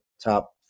top